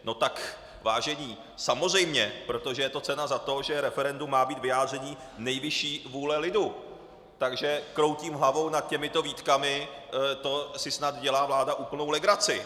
No tak vážení, samozřejmě, protože je to cena za to, že referendum má být vyjádření nejvyšší vůle lidu, takže kroutím hlavou nad těmito výtkami, to si snad dělá vláda úplnou legraci.